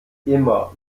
immer